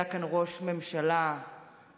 היה כאן ראש ממשלה שהיה